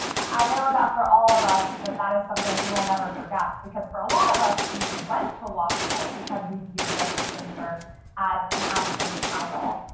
i know that for all of us that that is something we will never forget. because for a lot of us, we went to law school because we viewed justice ginsburg as an absolute idol.